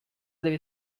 deve